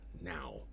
now